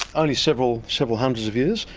only several several hundreds of years.